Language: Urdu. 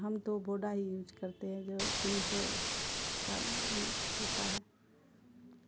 ہم تو بوڈا ہی یوج کرتے ہیں جو تین سو اس کا دیتا ہے